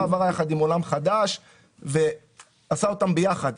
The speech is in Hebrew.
העברה יחד עם עולם חדש ועשה אותם ביחד,